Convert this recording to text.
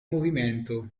movimento